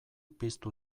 piztu